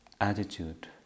attitude